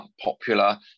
popular